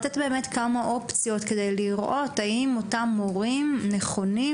לתת באמת כמה אופציות כדי לראות האם אותם מורים נכונים